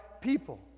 people